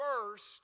first